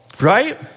right